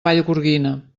vallgorguina